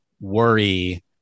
worry